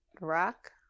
Rock